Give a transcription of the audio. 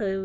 थंय